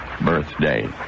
birthday